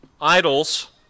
Idols